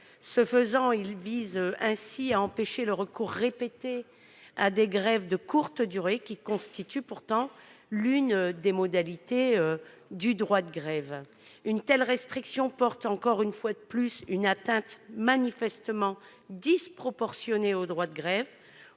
ce faisant d'empêcher le recours répété à des grèves de courte durée, qui constitue pourtant l'une des modalités du droit de grève. Une telle restriction porte une fois de plus une atteinte manifestement disproportionnée au droit de grève.